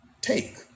take